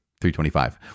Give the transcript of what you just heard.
325